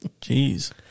Jeez